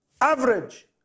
average